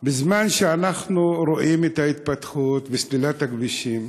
בזמן שאנחנו רואים את ההתפתחות בסלילת הכבישים,